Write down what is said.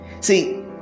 See